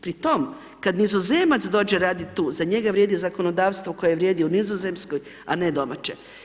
Pri tom kad nizozemac dođe raditi tu za njega vrijedi zakonodavstvo koje vrijedi u Nizozemskoj a ne domaće.